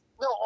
No